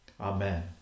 Amen